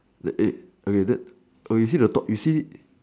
eh okay then okay see the top you see